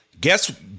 Guess